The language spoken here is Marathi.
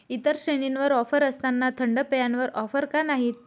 इतर श्रेणींवर ऑफर असताना थंड पेयांवर ऑफर का नाहीत